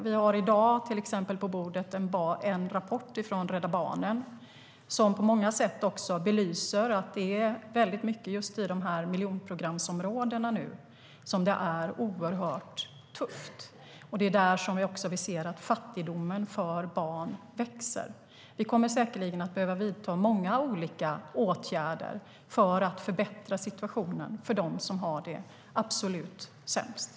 Vi har i dag till exempel på bordet en rapport från Rädda Barnen som belyser att det är oerhört tufft på olika sätt för många i miljonprogramsområdena nu. Fattigdomen för barn växer. Vi kommer säkerligen att behöva vidta många olika åtgärder för att förbättra situationen för dem som har det absolut sämst.